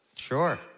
sure